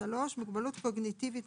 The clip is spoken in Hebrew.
(3) מוגבלות קוגניטיבית-נוירופסיכולוגית,